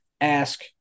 ask